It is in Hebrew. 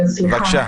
בבקשה.